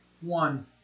one